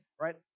right